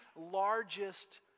largest